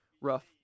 rough